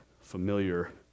familiar